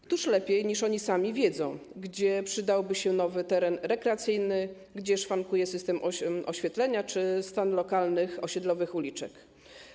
Któż lepiej niż oni sami wie, gdzie przydałby się nowy teren rekreacyjny, gdzie szwankuje system oświetlenia czy stan lokalnych osiedlowych uliczek?